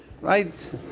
Right